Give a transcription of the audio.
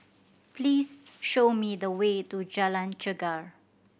please show me the way to Jalan Chegar